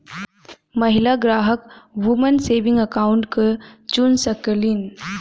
महिला ग्राहक woman saving account क चुन सकलीन